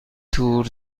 تور